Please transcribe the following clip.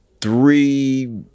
three